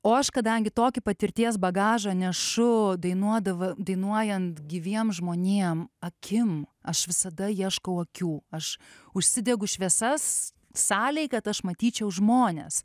o aš kadangi tokį patirties bagažą nešu dainuodavo dainuojant gyviem žmonėm akim aš visada ieškau akių aš užsidegu šviesas salėj kad aš matyčiau žmones